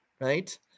right